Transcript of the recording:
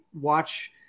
watch